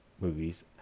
movies